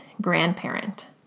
grandparent